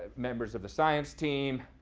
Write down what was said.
members of the science team,